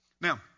Now